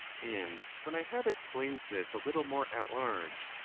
and when i have explained this a little more at large,